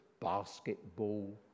basketball